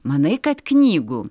manai kad knygų